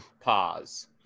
pause